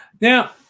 Now